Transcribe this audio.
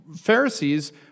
Pharisees